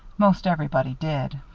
most everybody did.